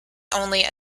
only